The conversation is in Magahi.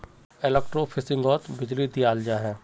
एलेक्ट्रोफिशिंगोत बीजली दियाल जाहा